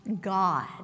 God